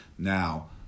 Now